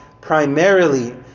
primarily